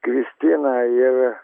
kristiną ir